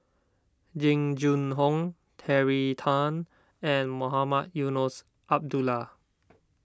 Jing Jun Hong Terry Tan and Mohamed Eunos Abdullah